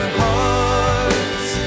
hearts